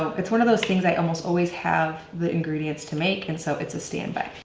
it's one of those things i almost always have the ingredients to make and so it's a standby.